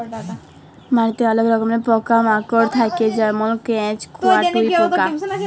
মাটিতে অলেক রকমের পকা মাকড় থাক্যে যেমল কেঁচ, কাটুই পকা